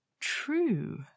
true